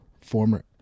former